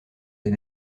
des